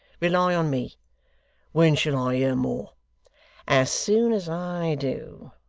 rely on me when shall i hear more as soon as i do.